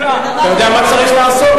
אתה יודע מה צריך לעשות?